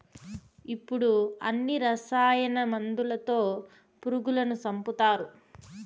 ఇప్పుడు అన్ని రసాయన మందులతో పురుగులను సంపుతారు